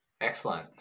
Excellent